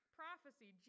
prophecy